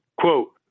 quote